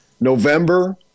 November